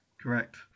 correct